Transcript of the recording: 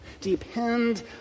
Depend